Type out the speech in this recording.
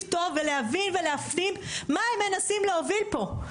טוב ולהבין ולהפנים מה הם מנסים להוביל פה,